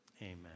Amen